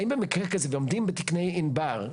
האם במקרה כזה ועומדים בתקני ענבר,